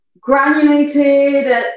granulated